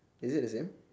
is it the same